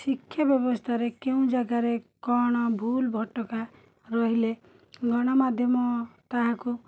ଶିକ୍ଷା ବ୍ୟବସ୍ଥାରେ କେଉଁ ଜାଗାରେ କ'ଣ ଭୁଲଭଟକା ରହିଲେ ଗଣମାଧ୍ୟମ ତାହାକୁ